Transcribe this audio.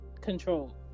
control